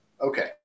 Okay